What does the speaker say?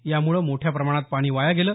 यामुळे मोठ्या प्रमाणात पाणी वाया गेलं